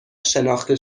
شناخته